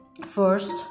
first